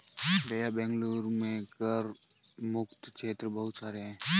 भैया बेंगलुरु में कर मुक्त क्षेत्र बहुत सारे हैं